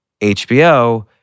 HBO